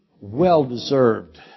well-deserved